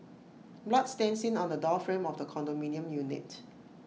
blood stain seen on the door frame of the condominium unit